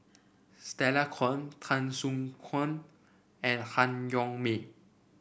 Stella Kon Tan Soo Khoon and Han Yong May